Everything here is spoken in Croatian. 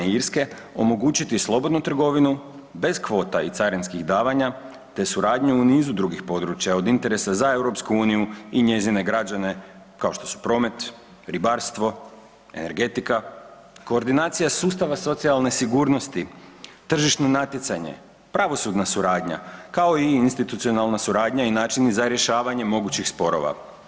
Irske omogućiti slobodnu trgovinu bez kvota i carinskih davanja te suradnju u nizu drugih područja od interesa za EU i njezine građane kao što su promet, ribarstvo, energetika, koordinacija sustava socijalne sigurnosti, tržišno natjecanje, pravosudna suradnja, kao i institucionalna suradnja i načini za rješavanje mogućih sporova.